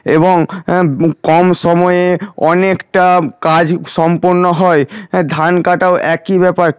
এবং কম সময়ে অনেকটা কাজ সম্পন্ন হয় ধান কাটাও একই ব্যাপার